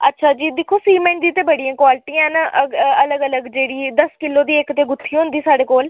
अच्छा जी दिक्खो सीमेंट दी ते बड़ियां क्वाल्टियां न अलग अलग जेह्ड़ी दस्स किलो दी इक ते गुत्थी होंदी साढ़े कोल